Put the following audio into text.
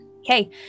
Okay